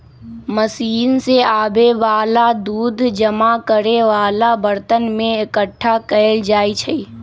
machine से आबे वाला दूध जमा करे वाला बरतन में एकट्ठा कएल जाई छई